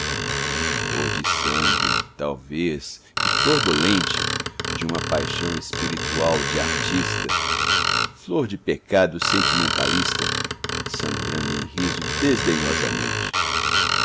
flor de sangue talvez e flor dolente de uma paixão espiritual de artista flor de pecado sentimentalista sangrando em riso desdenhosamente